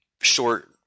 short